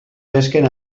pesquen